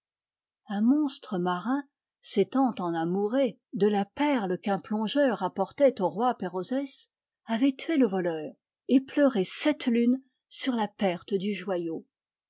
un monstre marin s'étant enamouré de la perle qu'un plongeur rapportait au roi perozes avait tué le voleur et pleuré sept lunes sur la perte du joyau